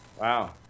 Wow